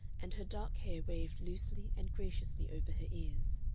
and her dark hair waved loosely and graciously over her ears.